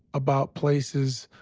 about places,